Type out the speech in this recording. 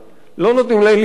לא נותנים להם להתפרנס,